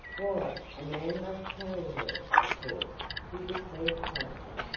why, a man must carry her, of course, he declared promptly,